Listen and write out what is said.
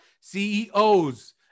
CEOs